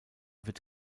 wird